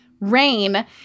rain